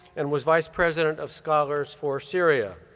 and was vice president of scholars for syria.